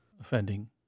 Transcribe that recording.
offending